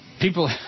People